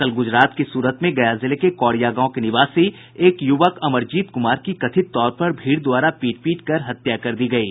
कल गुजरात के सूरत में गया जिले के कौड़िया गांव के निवासी एक युवक अमरजीत कुमार की कथित तौर पर भीड़ द्वारा पीट पीटकर हत्या कर दी गयी